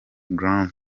grand